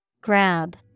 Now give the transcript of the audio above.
Grab